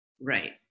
Right